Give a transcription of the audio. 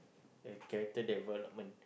the character development